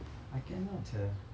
I cannot sia